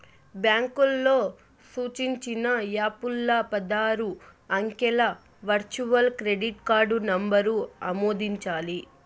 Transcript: బాంకోల్లు సూచించిన యాపుల్ల పదారు అంకెల వర్చువల్ క్రెడిట్ కార్డు నంబరు ఆమోదించాలి